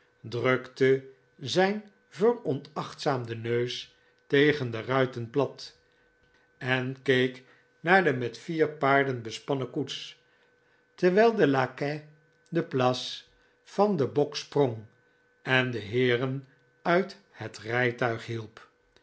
drukte zijn veronachtzaamden neus tegen de ruiten plat en keek naar de met vier paarden bespannen koets terwijl de lacquais de place van den bok sprong en de heeren uit het rijtuig hielp